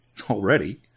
already